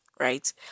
Right